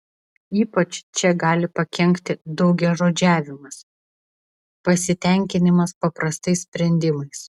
ypač čia gali pakenkti daugiažodžiavimas pasitenkinimas paprastais sprendimais